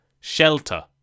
Shelter